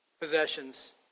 Possessions